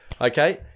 okay